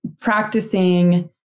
practicing